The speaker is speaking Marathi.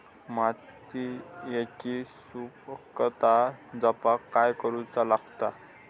मातीयेची सुपीकता जपाक काय करूचा लागता?